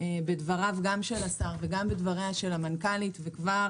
בדבריו של השר ובדבריה של המנכ"לית וכבר